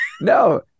No